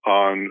on